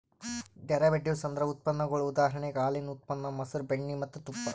derivatives ಅಂದ್ರ ಉತ್ಪನ್ನಗೊಳ್ ಉದಾಹರಣೆಗ್ ಹಾಲಿನ್ ಉತ್ಪನ್ನ ಮಸರ್, ಬೆಣ್ಣಿ ಮತ್ತ್ ತುಪ್ಪ